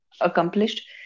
accomplished